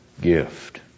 gift